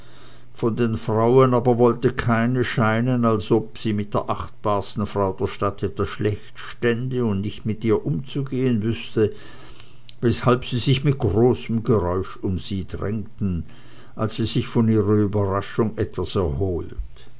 von den frauen aber wollte keine scheinen als ob sie mit der achtbarsten frau der stadt etwa schlecht stände und nicht mit ihr umzugehen wüßte weshalb sie sich mit großem geräusch um sie drängten als sie sich von ihrer überraschung etwas erholt